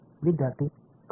विद्यार्थी करंट